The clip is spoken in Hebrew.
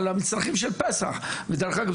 על המצרכים של פסח ודרך אגב,